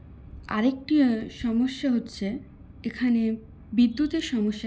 আরেকটি সমস্যা হচ্ছে এখানে বিদ্যুতের সমস্যা দেখা দেয়